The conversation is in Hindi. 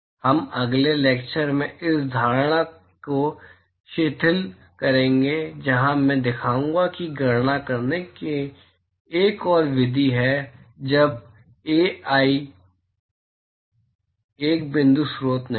हम अगले लैक्चर में इस धारणा को शिथिल करेंगे जहां मैं दिखाऊंगा कि गणना करने की एक और विधि है जब एआई एक बिंदु स्रोत नहीं है